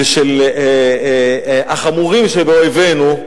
ושל החמורים שבאויבינו,